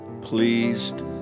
pleased